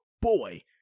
Boy